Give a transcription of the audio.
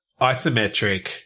isometric